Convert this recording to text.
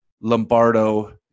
lombardo